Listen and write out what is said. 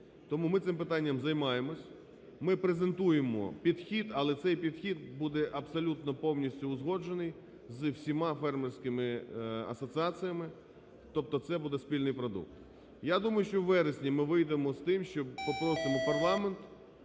Тому ми цим питанням займаємося, ми презентуємо підхід, але цей підхід буде абсолютно повністю узгоджений зі всіма фермерськими асоціаціями. Тобто це буде спільний продукт. Я думаю, що у вересні ми вийдемо з тим, що попросимо парламент